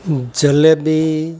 jalebi